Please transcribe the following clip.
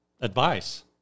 advice